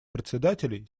председателей